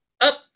up